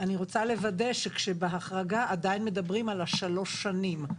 אני רוצה לוודא שבהחרגה עדיין מדברים על השלוש שנים.